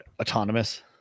autonomous